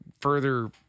further